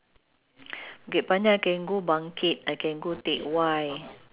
if let's say uh go outside find nasi sambal goreng right